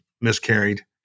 miscarried